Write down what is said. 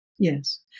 Yes